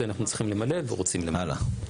את זה אנחנו צריכים למלא ורוצים למלא.